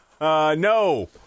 No